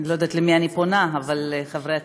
אני לא יודעת אל מי אני פונה, אבל חברי הכנסת,